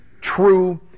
true